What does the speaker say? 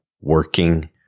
working